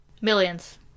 Millions